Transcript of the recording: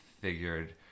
figured